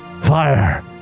Fire